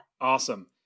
Awesome